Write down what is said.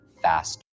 Faster